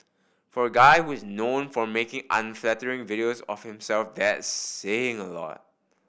for a guy who's known for making unflattering videos of himself that's saying a lot